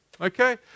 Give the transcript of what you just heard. Okay